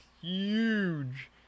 huge